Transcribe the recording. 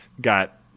got